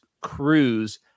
cruise